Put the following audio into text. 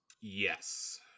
Yes